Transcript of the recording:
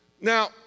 Now